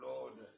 Lord